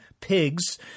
PIGS